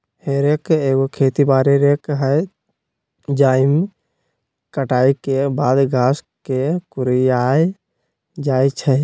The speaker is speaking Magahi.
हे रेक एगो खेती बारी रेक हइ जाहिमे कटाई के बाद घास के कुरियायल जाइ छइ